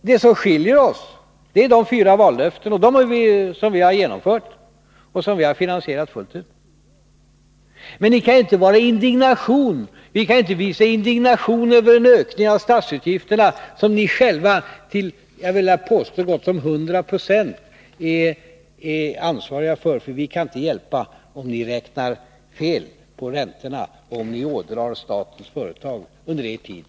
Det som skiljer oss är de fyra vallöftena, som vi har genomfört och finansierat fullt ut. Ni kan ju inte visa indignation över en ökning av statsutgifterna som ni själva till så gott som 100 2, vill jag påstå, är ansvariga för. Vi kan inte hjälpa om ni räknade fel på räntorna eller om ni ådragit statens företag stora förluster under er tid.